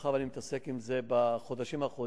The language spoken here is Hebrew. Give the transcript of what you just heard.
מאחר שאני מתעסק עם זה בחודשים האחרונים,